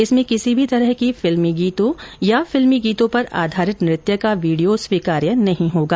इसमें किसी भी तरह की फिल्मी गीतों या फिल्मी गीतों पर आधारित नृत्य का वीडियों स्वीकार्य नहीं होगा